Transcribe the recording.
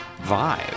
Vibe